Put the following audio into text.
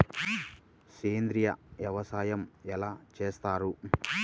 సేంద్రీయ వ్యవసాయం ఎలా చేస్తారు?